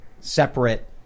separate